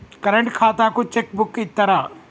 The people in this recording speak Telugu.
కరెంట్ ఖాతాకు చెక్ బుక్కు ఇత్తరా?